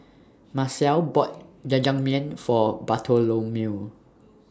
Marcelle bought Jajangmyeon For Bartholomew